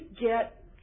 get